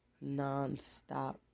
non-stop